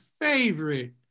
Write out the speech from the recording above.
favorite